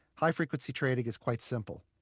high-frequency trading is quite simple.